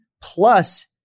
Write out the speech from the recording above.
plus